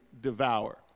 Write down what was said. devour